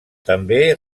també